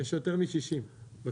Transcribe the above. אבל